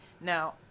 Now